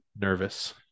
nervous